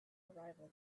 arrival